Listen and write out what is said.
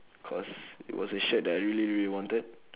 cause it was a shirt that I really really wanted